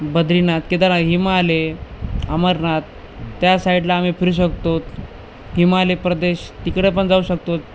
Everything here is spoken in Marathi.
बद्रीनाथ केदारनाथ हिमालय अमरनाथ त्या साईडला आम्ही फिरू शकतो हिमालय प्रदेश तिकडे पण जाऊ शकतो